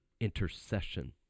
intercession